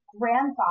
grandfather